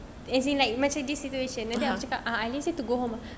as in like macam this situation nanti aku cakap uh I lazy to go home ah